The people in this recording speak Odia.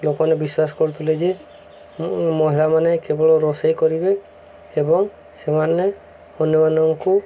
ଲୋକମାନେ ବିଶ୍ୱାସ କରୁଥିଲେ ଯେ ମହିଳାମାନେ କେବଳ ରୋଷେଇ କରିବେ ଏବଂ ସେମାନେ ଅନ୍ୟମାନଙ୍କୁ